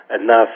enough